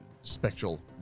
spectral